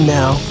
now